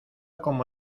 como